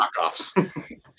knockoffs